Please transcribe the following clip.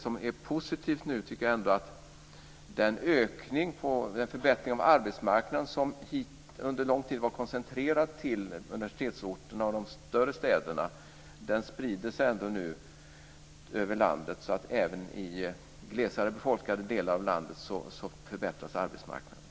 Jag tycker ändå att det är positivt att den förbättring av arbetsmarknaden som under en lång tid var koncentrerad till universitetsorterna och de större städerna nu sprider sig över landet, så att arbetsmarknaden förbättras även i glesare befolkade delar av landet.